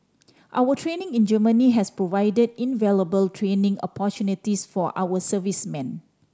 our training in Germany has provide invaluable training opportunities for our servicemen